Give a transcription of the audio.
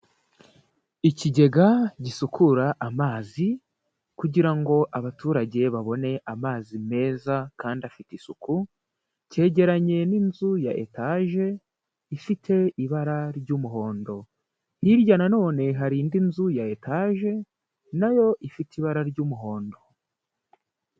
Ikigega gisukura amazi kugira ngo abaturage babone amazi meza kandi afite isuku, cyegeranye n'inzu ya etaje ifite ibara ry'umuhondo, hirya nanone hari indi nzu ya etaje na yo ifite ibara ry'umuhondo.